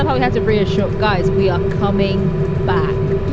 ah we had to reassure guys. we are coming back.